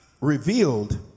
revealed